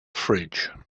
fridge